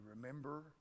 remember